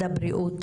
ממשרד הבריאות,